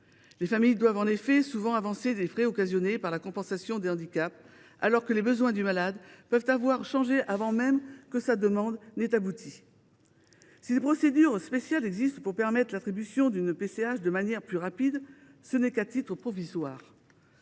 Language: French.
les familles doivent souvent avancer les frais occasionnés par la compensation des handicaps, alors que les besoins du malade peuvent avoir changé avant même que la demande n’ait abouti. Si des procédures spéciales existent pour permettre l’attribution d’une PCH de manière plus rapide, ce n’est qu’à titre provisoire.